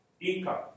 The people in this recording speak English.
income